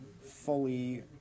fully